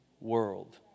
world